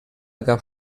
gab